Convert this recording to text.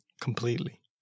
completely